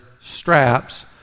straps